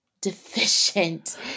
deficient